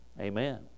Amen